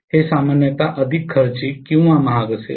हे सामान्यत अधिक खर्चिक किंवा महाग असेल